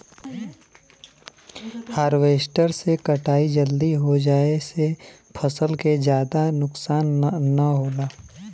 harvester से कटाई जल्दी हो जाये से फसल के जादा नुकसान न होला